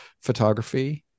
photography